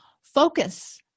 Focus